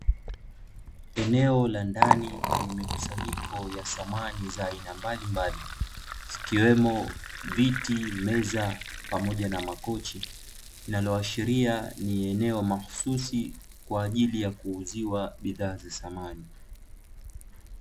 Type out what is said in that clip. Eneo la ndani lenye mikusanyiko ya samani za aina mbalimbali zikiwemo: viti, meza, pamoja na makochi; linaloashiria ni eneo mahususi kwa ajili ya kuuziwa bidhaa za samani.